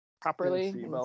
properly